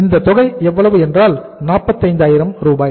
இந்த தொகை எவ்வளவு என்றால் 45000 ரூபாய்